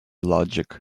logic